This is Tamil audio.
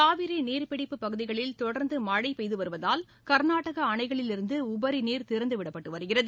காவிரிநீர்பிடிப்புப் பகுதிகளில் தொடர்ந்துமழைபெய்துவருவதால் கர்நாடகஅணைகளிலிருந்துஉபரிநீர் திறந்துவிடப்பட்டுவருகிறது